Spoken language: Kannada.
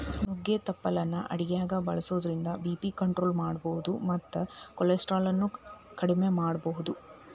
ನುಗ್ಗಿ ತಪ್ಪಲಾನ ಅಡಗ್ಯಾಗ ಬಳಸೋದ್ರಿಂದ ಬಿ.ಪಿ ಕಂಟ್ರೋಲ್ ಮಾಡಬೋದು ಮತ್ತ ಕೊಲೆಸ್ಟ್ರಾಲ್ ಅನ್ನು ಅಕೆಡಿಮೆ ಮಾಡಬೋದು